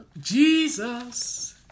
jesus